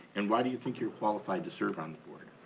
and why do you think you're qualified to serve on the board?